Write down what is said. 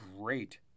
great